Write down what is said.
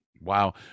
Wow